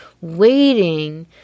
waiting